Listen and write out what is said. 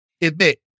admit